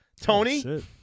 Tony